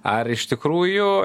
ar iš tikrųjų